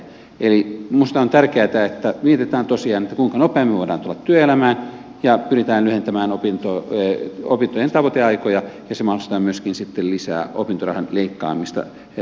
eli minusta on tärkeätä että mietitään tosiaan kuinka nopeammin voidaan tulla työelämään ja pyritään lyhentämään opintojen tavoiteaikoja ja se mahdollistaa myöskin sitten lisää opintorahan leikkaamista tulevaisuudessa